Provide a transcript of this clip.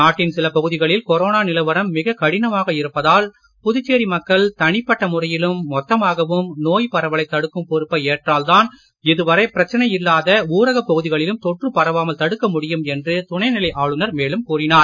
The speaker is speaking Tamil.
நாட்டின் சில பகுதிகளில் கொரோனா நிலவரம் மிக கடினமாக இருப்பதால் புதுச்சேரி மக்கள் தனிப்பட்ட முறையிலும் மொத்தமாகவும் நோய் பரவலை தடுக்கும் பொறுப்பை ஏற்றால் தான் இதுவரை பிரச்சனை இல்லாத ஊரகப் பகுதிகளிலும் தொற்று பரவாமல் தடுக்க முடியும் என்று துணைநிலை ஆளுநர் மேலும் கூறினார்